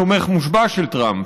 תומך מושבע של טראמפ.